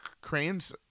Crane's